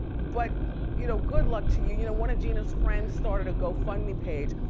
but you know good luck to you. you know one of genea's friends started a gofundme page.